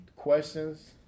questions